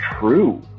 true